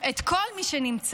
את כל מי שנמצא.